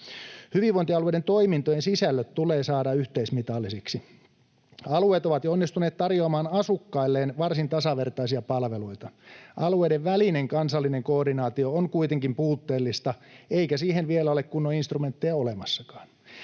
Hyvinvointialueiden toimintojen sisällöt tulee saada yhteismitallisiksi. Alueet ovat jo onnistuneet tarjoamaan asukkailleen varsin tasavertaisia palveluita. Alueiden välinen kansallinen koordinaatio on kuitenkin puutteellista, eikä siihen vielä ole kunnon instrumentteja olemassakaan.